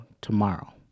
tomorrow